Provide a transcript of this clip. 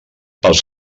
pels